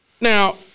Now